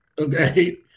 okay